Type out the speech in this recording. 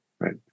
Right